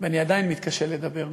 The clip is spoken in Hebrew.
אבל זה סיפור אחר.